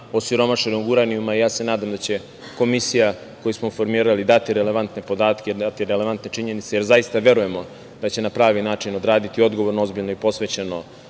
osiromašenog uranijuma. Nadam se da će komisija koju smo formirali dati relevantne podatke, dati relevantne činjenice, jer zaista verujemo da će na pravi način odraditi odgovorno, ozbiljno i posvećeno